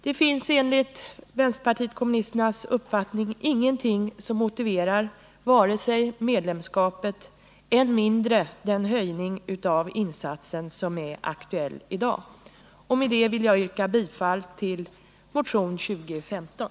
Det finns enligt vänsterpartiet kommunisternas uppfattning ingenting som motiverar vare sig medlemskapet eller än mindre denna höjning av insatsen som är aktuell i dag. Med detta vill jag yrka bifall till motion 2015.